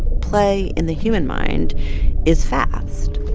play in the human mind is fast,